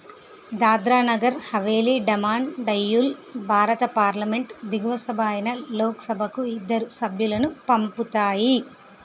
దాద్రా నగర్ హవేలీ డమాన్ డయ్యూల్ భారత పార్లమెంట్ దిగువ సభ అయిన లోక్ సభకు ఇద్దరు సభ్యులను పంపుతాయి